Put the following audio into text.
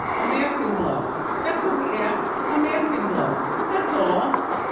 a mask and gloves. that's what we ask, a mask and gloves. that's all!